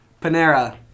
Panera